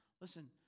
Listen